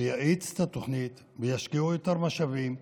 שיאיץ את התוכנית וישקיעו את המשאבים.